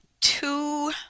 two